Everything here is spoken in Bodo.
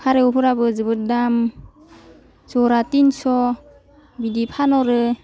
फारौफोराबो जोबोद दाम जरा थिनस' बिदि फानहरो